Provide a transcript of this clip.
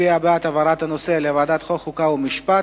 מצביע בעד העברת הנושא לוועדת החוקה, חוק ומשפט.